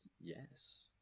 Yes